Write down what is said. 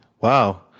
Wow